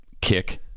kick